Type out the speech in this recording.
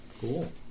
Cool